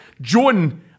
Jordan